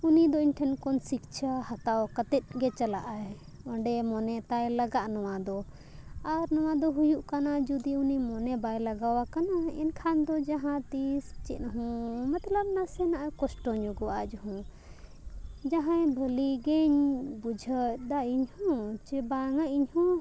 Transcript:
ᱩᱱᱤ ᱫᱚ ᱤᱧ ᱴᱷᱮᱱ ᱠᱷᱚᱱ ᱥᱤᱠᱽᱠᱷᱟ ᱦᱟᱛᱟᱣ ᱠᱟᱛᱮᱫ ᱜᱮ ᱪᱟᱞᱟᱜ ᱟᱭ ᱚᱸᱰᱮ ᱢᱚᱱᱮ ᱛᱟᱭ ᱞᱟᱜᱟᱜᱼᱟ ᱱᱚᱣᱟ ᱫᱚ ᱟᱨ ᱱᱚᱣᱟ ᱫᱚ ᱦᱩᱭᱩᱜ ᱠᱟᱱᱟ ᱡᱩᱫᱤ ᱩᱱᱤ ᱢᱚᱱᱮ ᱵᱟᱭ ᱞᱟᱜᱟᱣ ᱟᱠᱟᱱᱟ ᱮᱱᱠᱷᱟᱱ ᱫᱚ ᱡᱟᱦᱟᱸ ᱛᱤᱥ ᱪᱮᱫ ᱦᱚᱸ ᱢᱚᱛᱞᱚᱵ ᱱᱟᱥᱮᱱᱟᱜ ᱮ ᱠᱚᱥᱴᱚ ᱧᱚᱜᱚᱜᱼᱟ ᱟᱡᱚ ᱦᱚᱸ ᱡᱟᱦᱟᱸᱭ ᱵᱷᱟᱹᱞᱤ ᱜᱮᱧ ᱵᱩᱡᱷᱟᱹᱣ ᱮᱫᱟ ᱤᱧᱦᱚᱸ ᱡᱮ ᱵᱟᱝᱼᱟ ᱤᱧ ᱦᱚᱸ